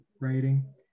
writing